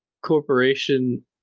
corporation